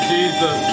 Jesus